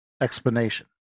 Explanation